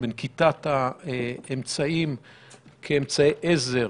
בנקיטת האמצעים כאמצעי עזר